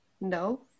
No